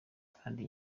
kandi